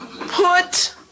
put